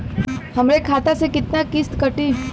हमरे खाता से कितना किस्त कटी?